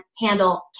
handle